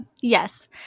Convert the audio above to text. Yes